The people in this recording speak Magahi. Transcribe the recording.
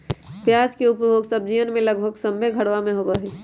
प्याज के उपयोग सब्जीयन में लगभग सभ्भे घरवा में होबा हई